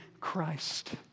Christ